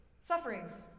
Sufferings